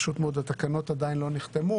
התקנות עדיין לא נחתמו,